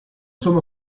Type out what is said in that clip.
sono